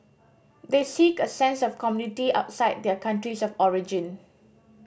they seek a sense of community outside their countries of origin